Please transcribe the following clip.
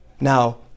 Now